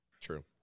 True